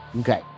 Okay